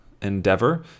Endeavor